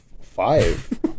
five